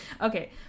okay